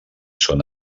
son